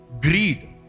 Greed